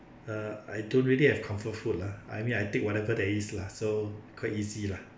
uh I don't really have comfort food lah I mean I take whatever there is lah so quite easy lah